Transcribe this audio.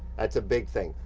that's a big thing,